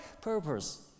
purpose